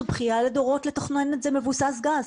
זו בכייה לדורות לתכנן את זה מבוסס גז.